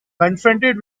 confronted